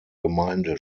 gemeinde